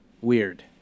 weird